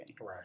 Right